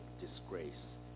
disgrace